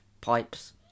pipes